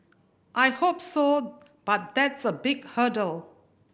I hope so but that's a big hurdle